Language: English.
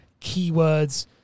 keywords